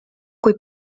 kui